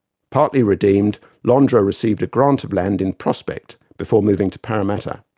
partly redeemed, l'andre received a grant of land in prospect before moving to parramatta.